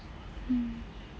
mm